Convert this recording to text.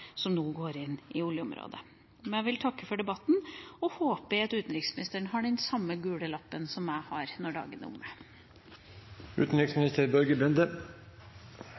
som nå er på oljeområdet. Jeg vil takke for debatten, og håper at utenriksministeren har den samme gule lappen som jeg har når dagen er